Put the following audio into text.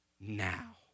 now